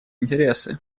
интересы